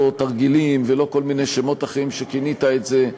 לא תרגילים ולא כל מיני שמות אחרים שבהם כינית את זה,